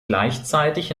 gleichzeitig